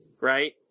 Right